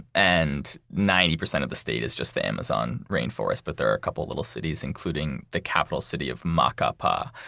and ninety percent of the state is just the amazon rainforest. but there are a couple of little cities, including the capital city of macapa.